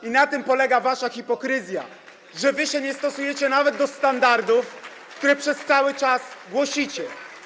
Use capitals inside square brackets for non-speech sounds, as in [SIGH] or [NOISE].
I na tym polega wasza hipokryzja, [APPLAUSE] że nie stosujecie się nawet do standardów, które przez cały czas głosicie.